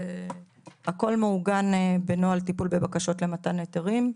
זה הכל מעוגן בנוהל טיפול בבקשות למתן היתרים,